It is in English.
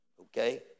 Okay